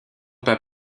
pas